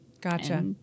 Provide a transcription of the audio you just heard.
Gotcha